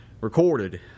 recorded